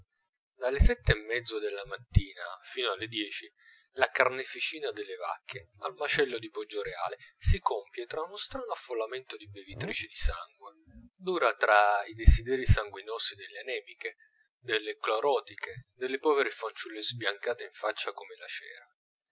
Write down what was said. dalle sette e mezzo della mattina fino alle dieci la carneficina delle vacche al macello di poggioreale si compie tra uno strano affollamento di bevitrici di sangue dura tra i desideri sanguinosi delle anemiche delle clorotiche delle povere fanciulle sbiancate in faccia come la cera